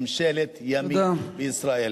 ממשלת ימין בישראל,